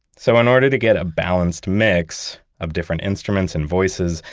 so in order to get a balanced mix of different instruments and voices,